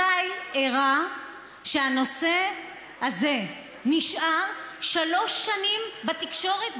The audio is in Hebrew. מתי אירע שהנושא הזה נשאר שלוש שנים בתקשורת,